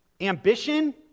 ambition